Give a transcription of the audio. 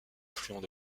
affluent